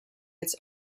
its